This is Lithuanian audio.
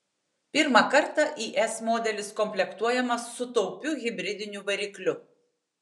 pirmą kartą is modelis komplektuojamas su taupiu hibridiniu varikliu